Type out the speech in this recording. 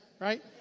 right